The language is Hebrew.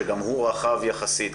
שגם הוא רחב יחסית.